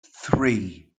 three